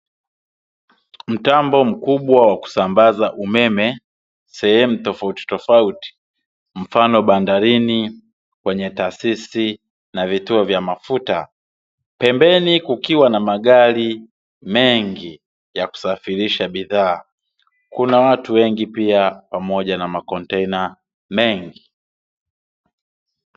Mtambo mkubwa wa kusambaza umeme sehemu tofautitofauti, mfano bandarini, kwenye taasisi, na vituo vya mafuta, pembeni kukiwa na magari mengi ya kusafirisha bidhaa. Kuna watu wengi pia pamoja na makontena mengi.